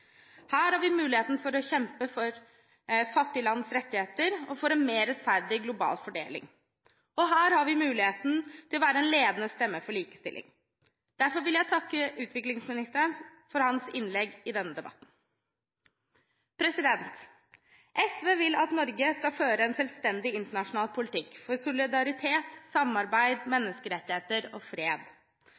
Her har vi mulighet til å kjempe for fattige lands rettigheter og for en mer rettferdig global fordeling, og her har vi mulighet til å være en ledende stemme for likestilling. Derfor vil jeg takke utviklingsministeren for hans innlegg i denne debatten. SV vil at Norge skal føre en selvstendig internasjonal politikk for solidaritet, samarbeid, menneskerettigheter og fred.